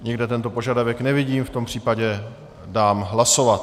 Nikde tento požadavek nevidím, v tom případě dám hlasovat.